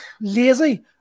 lazy